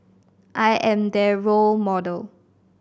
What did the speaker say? I am their role model